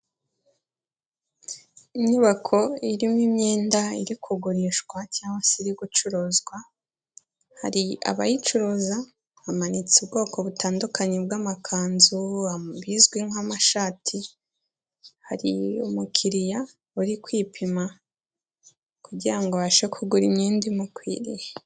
Inyubako irimo imyenda iri kugurishwa cyangwa se iri gucuruzwa, hari abayicuruza, hamanitse ubwoko butandukanye bw'amakanzu bizwi nk'amashati, hari umukiriya uri kwipima kugira ngo abashe kugura imyenda imukwiriye.